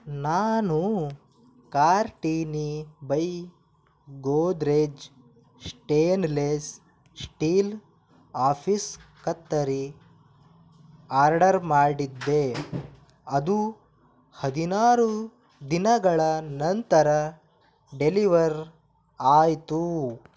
ನಾನು Cartini by Godrej stainless steel office ಕತ್ತರಿ order ಮಾಡಿದ್ದೆ ಅದು ಹದಿನಾರು ದಿನಗಳ ನಂತರ ಡೆಲಿವರ್ ಆಯಿತು